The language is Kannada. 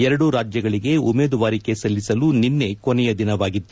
ಎರಡೂ ರಾಜ್ಞಗಳಿಗೆ ಉಮೇದುವಾರಿಕೆ ಸಲ್ಲಿಸಲು ನಿನ್ನೆ ಕೊನೆಯ ದಿನವಾಗಿತ್ತು